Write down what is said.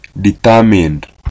determined